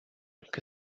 que